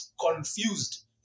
confused